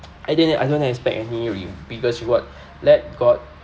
I didn't I don't expect any re~ biggest reward let god